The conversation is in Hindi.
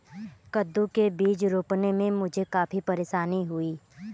कद्दू के बीज रोपने में मुझे काफी परेशानी हुई